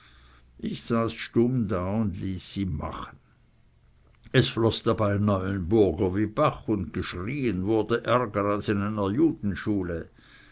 ich saß stumm da und ließ sie machen es floß dabei neuenburger wie bach und geschrien wurde ärger als in einer